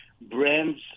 brands